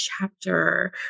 chapter